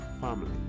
family